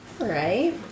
right